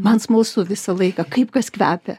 man smalsu visą laiką kaip kas kvepia